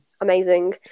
amazing